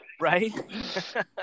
Right